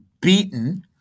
beaten